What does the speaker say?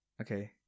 Okay